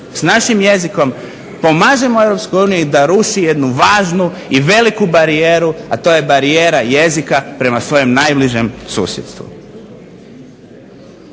našim jezikom pomažemo EU da ruši jednu važnu i veliku barijeru, a to je barijera jezika prema svom najbližem susjedstvu.